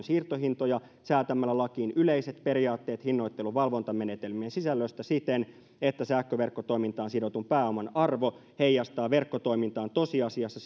siirtohintoja säätämällä lakiin yleiset periaatteet hinnoittelun valvontamenetelmien sisällöstä siten että sähköverkkotoimintaan sidotun pääoman arvo heijastaa verkkotoimintaan tosiasiassa